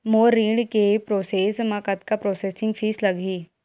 मोर ऋण के प्रोसेस म कतका प्रोसेसिंग फीस लगही?